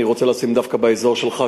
אני רוצה לשים דווקא באזור שלך,